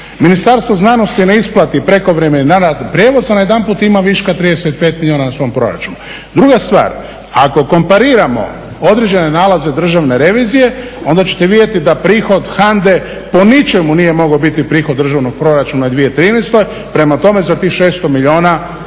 Ministarstvo znanosti ne isplati prekovremeni rad i prijevoz, a najedanput ima viška 35 milijuna na svom proračunu. Druga stvar, ako kompariramo određene nalaze državne revizije onda ćete vidjeti da prihod HANDA-e po ničemu nije mogao biti prihod državnog proračuna u 2013. Prema tome, za tih 600 milijuna se diže